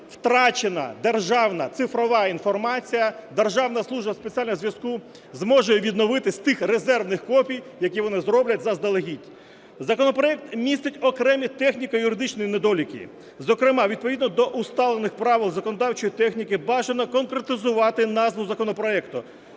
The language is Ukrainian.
втрачена державна цифрова інформація, Державна служба спеціального зв’язку зможе відновити з тих резервних копій, які вони зроблять заздалегідь. Законопроект містить окремі техніко-юридичні недоліки. Зокрема відповідно до усталених правил законодавчої техніки бажано конкретизувати назву законопроекту.